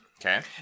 Okay